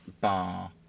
bar